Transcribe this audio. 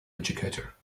educator